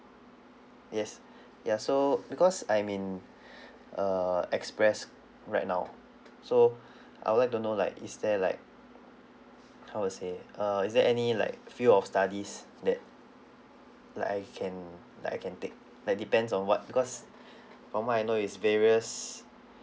yes ya so because I'm in err express right now so I would like to know like is there like how to say uh is there any like field of studies that like I can like I can take like depends on what because from what I know it's various